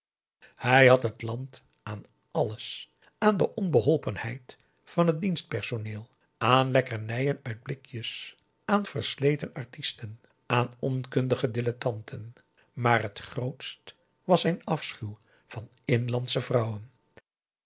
hij had het land aan alles aan de onbeholpenheid van het dienstpersoneel aan lekkernijen uit blikjes aan versleten artisten aan onkundige dilettanten maar het grootst was zijn afschuw van inlandsche vrouwen